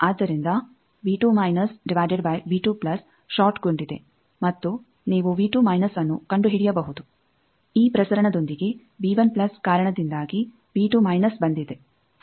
ಆದ್ದರಿಂದ ಷಾರ್ಟ್ ಗೊಂಡಿದೆ ಮತ್ತು ನೀವು ಅನ್ನು ಕಂಡುಹಿಡಿಯಬಹುದು ಈ ಪ್ರಸರಣದೊಂದಿಗೆ ಕಾರಣದಿಂದಾಗಿ ಬಂದಿದೆ